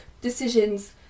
decisions